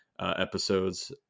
episodes